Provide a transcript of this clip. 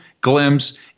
Glimpse